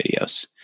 videos